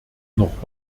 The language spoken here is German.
noch